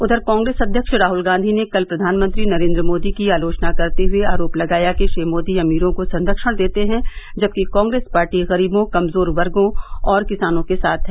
उधर कांग्रेस अध्यक्ष राहुल गांधी ने कल प्रधानमंत्री नरेन्द्र मोदी की आलोचना करते हुए आरोप लगाया कि श्री मोदी अमीरों को संरक्षण देते हैं जबकि कांग्रेस पार्टी गरीबों कमजोर वर्गो और किसानों के साथ है